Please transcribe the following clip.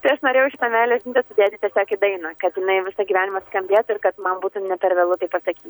tai aš norėjau šitą meilės žinutę sudėti tiesiog į dainą kad inai visą gyvenimą skambėtų ir kad man būtų ne per vėlu taip pasaky